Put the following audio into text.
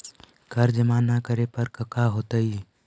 कर जमा ना करे पर कका होतइ?